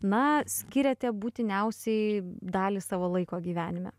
na skiriate būtiniausiai dalį savo laiko gyvenime